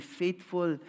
faithful